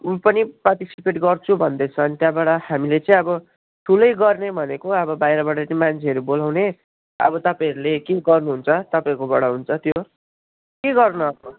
ऊ पनि पार्टिसिपेट गर्छु भन्दैछ अनि त्यहाँबाट हामीले चाहिँ अब ठुलै गर्ने भनेको अब बाहिरबाट चाहिँ मान्छेहरू बोलाउने अब तपाईँहरूले के गर्नुहुन्छ तपाईँहरूकोबाट हुन्छ त्यो के गर्नु अब